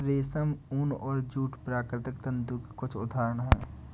रेशम, ऊन और जूट प्राकृतिक तंतु के कुछ उदहारण हैं